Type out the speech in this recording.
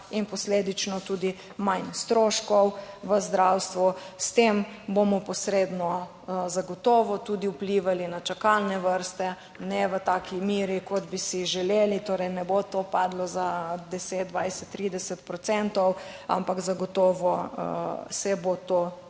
in posledično tudi manj stroškov v zdravstvu. S tem bomo posredno zagotovo tudi vplivali na čakalne vrste ne v taki meri kot bi si želeli, torej ne bo to padlo za 10, 20, 30 procentov, ampak zagotovo se bo to